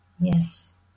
Yes